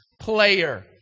player